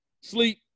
sleep